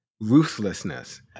ruthlessness